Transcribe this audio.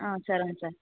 ಹಾಂ ಸರ್ ಹ್ಞೂ ಸರ್